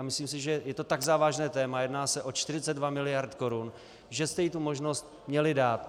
Myslím, že je to tak závažné téma jedná se o 42 mld. korun , že jste jí tu možnost měli dát.